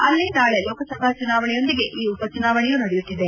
ಅಲ್ಲಿ ನಾಳೆ ಲೋಕಸಭಾ ಚುನಾವಣೆಯೊಂದಿಗೆ ಈ ಉಪಚುನಾವಣೆಯೂ ನಡೆಯುತ್ತಿದೆ